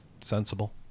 sensible